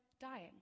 dying